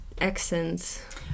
accents